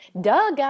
Duh